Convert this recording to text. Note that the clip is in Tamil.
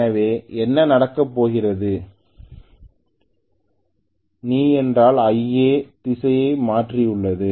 எனவே என்ன நடக்கப் போகிறது நீ என்றால் Ia அதன் திசையை மாற்றியுள்ளது